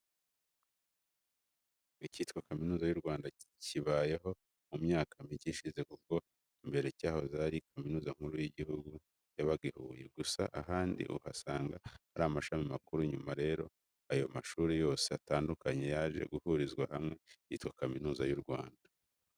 Icyitwa kaminuza y'u Rwanda kibayeho mu myaka mike ishize kuko mbere cyahoze ari kaminuza nkuru y'igihugu yabaga i Huye, gusa ahandi ugasanga ari amashuri makuru, nyuma rero ayo mashuri yose atandukanye yaje guhurizwa hamwe yitwa kaminuza y'u Rwanda.